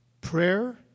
prayer